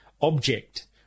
object